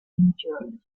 injured